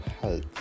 health